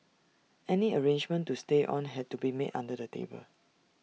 any arrangement to stay on had to be made under the table